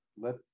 let